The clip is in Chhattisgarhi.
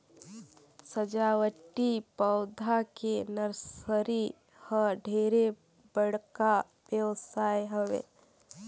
सजावटी पउधा के नरसरी ह ढेरे बड़का बेवसाय हवे